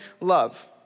love